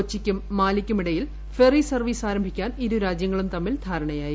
കൊച്ചിക്കും മാലിക്കുമിടയിൽ ferry service ആരംഭിക്കാൻ ഇരു രാജ്യങ്ങളും തമ്മിൽ ധാരണയായി